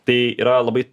tai yra labai